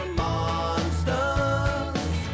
monsters